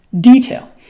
detail